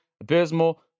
abysmal